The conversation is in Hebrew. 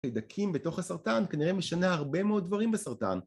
‫חיידקים בתוך הסרטן כנראה משנה ‫הרבה מאוד דברים בסרטן.